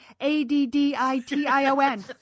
A-D-D-I-T-I-O-N